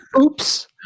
oops